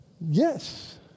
Yes